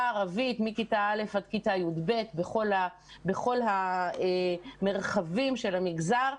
הערבית מכיתה א' עד י"ב בכל המרחבים של המגזר.